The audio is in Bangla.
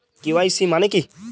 কে.ওয়াই.সি মানে কী?